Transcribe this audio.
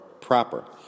proper